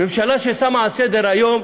ממשלה ששמה על סדר-היום